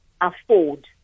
afford